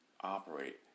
operate